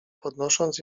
podnosząc